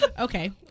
Okay